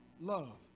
love